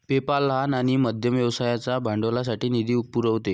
PayPal लहान आणि मध्यम व्यवसायांना भांडवलासाठी निधी पुरवते